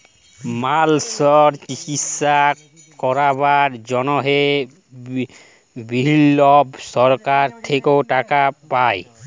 মালসর চিকিশসা ক্যরবার জনহে বিভিল্ল্য সরকার থেক্যে টাকা পায়